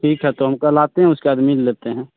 ठीक है तो हम कल आते हैं उसके बाद मिल लेते हैं